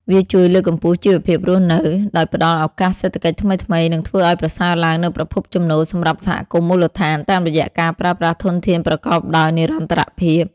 វាជួយលើកកម្ពស់ជីវភាពរស់នៅ ដោយផ្ដល់ឱកាសសេដ្ឋកិច្ចថ្មីៗ និងធ្វើឱ្យប្រសើរឡើងនូវប្រភពចំណូលសម្រាប់សហគមន៍មូលដ្ឋាន តាមរយៈការប្រើប្រាស់ធនធានប្រកបដោយនិរន្តរភាព។